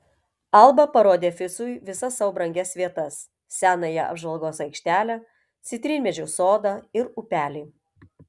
alba parodė ficui visas sau brangias vietas senąją apžvalgos aikštelę citrinmedžių sodą ir upelį